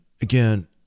again